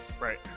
Right